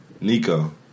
Nico